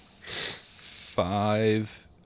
five